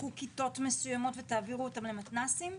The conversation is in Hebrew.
כיתות מסוימות ותעבירו אותן למתנ"סים?